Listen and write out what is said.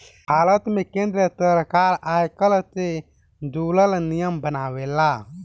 भारत में केंद्र सरकार आयकर से जुरल नियम बनावेला